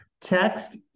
text